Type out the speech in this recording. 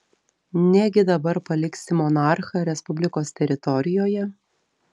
negi dabar paliksi monarchą respublikos teritorijoje